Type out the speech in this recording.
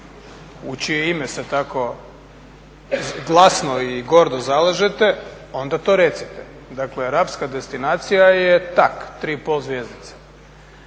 u čije ime se tako glasno i gordo zalažete onda to recite. Dakle rapska destinacija je tak 3,5 zvjezdice.